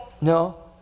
no